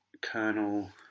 Kernel